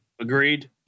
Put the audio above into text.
Agreed